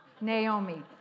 Naomi